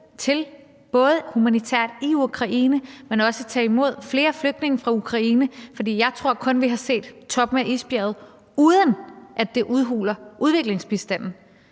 til både humanitært i Ukraine, men også at tage imod flere flygtninge fra Ukraine, for jeg tror, at vi kun har set toppen af isbjerget, uden at det udhuler udviklingsbistanden.